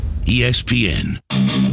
ESPN